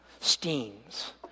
steams